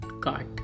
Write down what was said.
cart